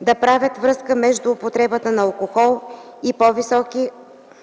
да правят връзка между употребата на алкохол и по-високи постижения